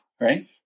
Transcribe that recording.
right